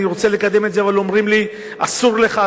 רוצה לקדם את זה אבל אומרים לי: אסור לך,